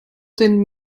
den